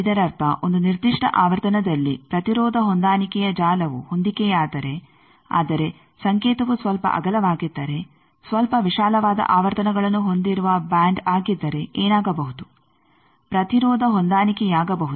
ಇದರರ್ಥ ಒಂದು ನಿರ್ದಿಷ್ಟ ಆವರ್ತನದಲ್ಲಿ ಪ್ರತಿರೋಧ ಹೊಂದಾಣಿಕೆಯ ಜಾಲವು ಹೊಂದಿಕೆಯಾದರೆ ಆದರೆ ಸಂಕೇತವು ಸ್ವಲ್ಪ ಅಗಲವಾಗಿದ್ದರೆ ಸ್ವಲ್ಪ ವಿಶಾಲವಾದ ಆವರ್ತನಗಳನ್ನು ಹೊಂದಿರುವ ಬ್ಯಾಂಡ್ ಆಗಿದ್ದರೆ ಏನಾಗಬಹುದು ಪ್ರತಿರೋಧ ಹೊಂದಾಣಿಕೆಯಾಗಬಹುದೇ